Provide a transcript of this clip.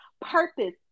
purpose